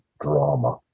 drama